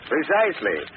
Precisely